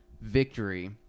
victory